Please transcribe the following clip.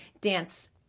dance